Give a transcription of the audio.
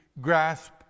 grasp